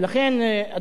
אדוני היושב-ראש,